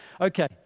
Okay